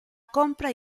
compra